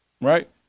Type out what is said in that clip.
right